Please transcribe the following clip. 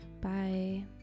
Bye